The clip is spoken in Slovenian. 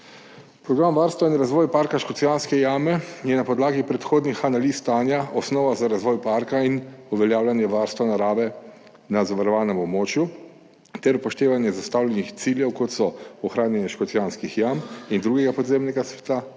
Program varstva in razvoj parka Škocjanske jame je na podlagi predhodnih analiz stanja osnova za razvoj parka in uveljavljanje varstva narave na zavarovanem območju ter upoštevanje zastavljenih ciljev, kot so ohranjanje Škocjanskih jam in drugega podzemnega sveta,